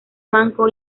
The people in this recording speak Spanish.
manco